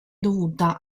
dovuta